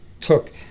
took